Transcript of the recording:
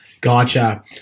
Gotcha